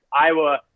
Iowa